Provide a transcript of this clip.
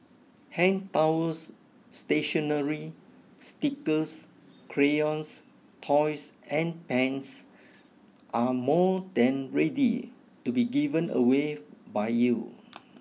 hand towels stationery stickers crayons toys and pens are more than ready to be given away by you